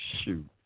Shoot